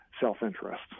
self-interest